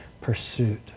pursuit